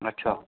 अछा